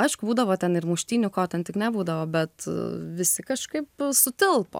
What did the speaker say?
aišku būdavo ten ir muštynių ko ten tik nebūdavo bet visi kažkaip sutilpo